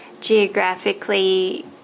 geographically